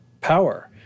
power